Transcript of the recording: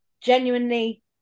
genuinely